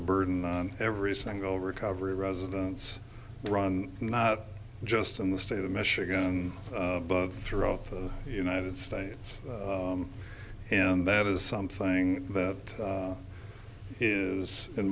burden on every single recovery residents run not just in the state of michigan bug throughout the united states and that is something that is in